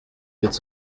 quatre